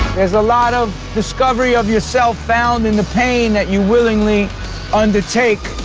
there's a lot of discovery of yourself found in the pain that you willingly undertake.